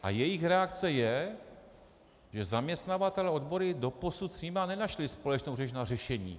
A jejich reakce je, že zaměstnavatelé a odbory doposud s nimi nenašli společnou řeč na řešení.